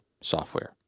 software